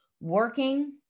working